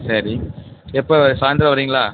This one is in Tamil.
சரி எப்போ சாயந்தரம் வரிங்களா